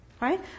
Right